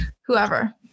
whoever